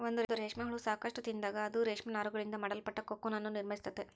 ಒಂದು ರೇಷ್ಮೆ ಹುಳ ಸಾಕಷ್ಟು ತಿಂದಾಗ, ಅದು ರೇಷ್ಮೆ ನಾರುಗಳಿಂದ ಮಾಡಲ್ಪಟ್ಟ ಕೋಕೂನ್ ಅನ್ನು ನಿರ್ಮಿಸ್ತೈತೆ